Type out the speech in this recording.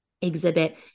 exhibit